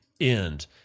end